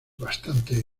bastante